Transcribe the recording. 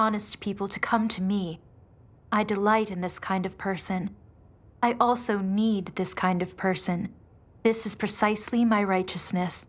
honest people to come to me i delight in this kind of person i also need this kind of person this is precisely my righteousness